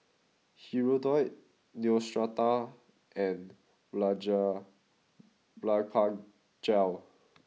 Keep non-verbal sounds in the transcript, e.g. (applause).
Hirudoid Neostrata and (unintelligible) Blephagel